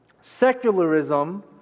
secularism